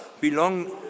belong